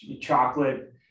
chocolate-